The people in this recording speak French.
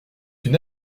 une